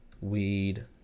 weed